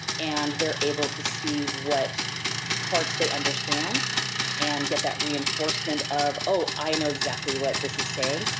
and they're able to see what parts they understand and get that reinforcement of, oh, i know exactly what this is saying,